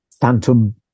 phantom